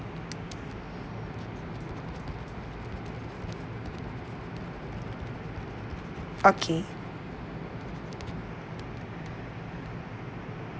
okay